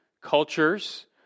cultures